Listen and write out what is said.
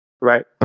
right